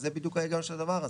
זה בדיוק ההיגיון של הדבר הזה.